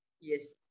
yes